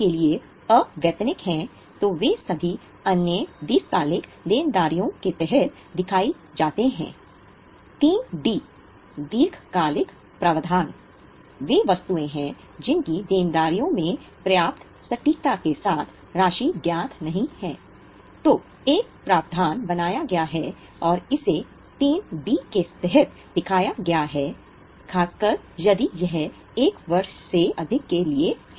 के तहत दिखाया गया है खासकर यदि यह 1 वर्ष से अधिक के लिए है